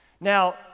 Now